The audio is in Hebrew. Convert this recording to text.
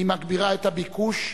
היא מגבירה את הביקוש,